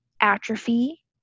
atrophy